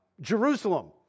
Jerusalem